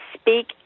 speak